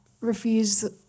refuse